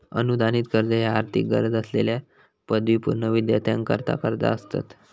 अनुदानित कर्ज ह्या आर्थिक गरज असलेल्यो पदवीपूर्व विद्यार्थ्यांकरता कर्जा असतत